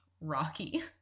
Rocky